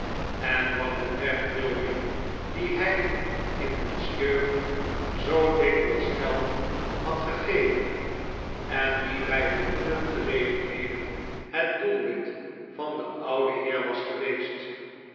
en wat betreft william dien hij in diens jeugd zoo dikwijls geld had gegeven en die bij honderden gelegenheden het doelwit van den ouden heer was geweest